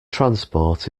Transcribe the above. transport